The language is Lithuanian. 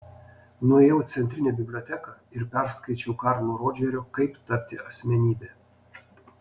nuėjau į centrinę biblioteką ir perskaičiau karlo rodžerio kaip tapti asmenybe